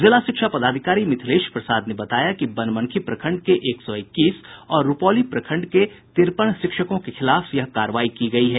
जिला शिक्षा पदाधिकारी मिथिलेश प्रसाद ने बताया कि बनमनखी प्रखंड के एक सौ इक्कीस और रूपौली प्रखंड के तिरपन शिक्षकों के यह खिलाफ कार्रवाई की गयी है